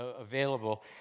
available